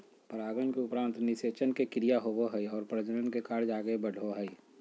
परागन के उपरान्त निषेचन के क्रिया होवो हइ और प्रजनन के कार्य आगे बढ़ो हइ